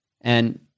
and-